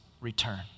return